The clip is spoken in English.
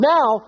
Now